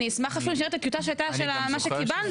אני אשמח לראות את הטיוטה של מה שקיבלנו.